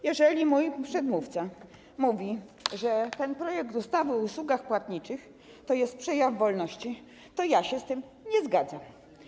Jeżeli mój przedmówca mówi, że ten projekt ustawy o usługach płatniczych to jest przejaw wolności, to ja się z tym nie zgadzam.